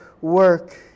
work